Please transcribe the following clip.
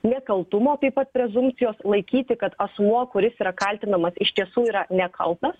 nekaltumo taip pat prezumpcijos laikyti kad asmuo kuris yra kaltinamas iš tiesų yra nekaltas